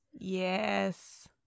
Yes